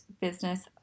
business